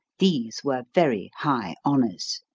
these were very high honors.